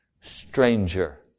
stranger